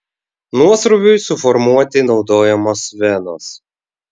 nuosrūviui suformuoti naudojamos venos